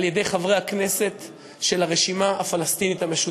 על-ידי חברי הכנסת של הרשימה הפלסטינית המשותפת.